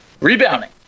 rebounding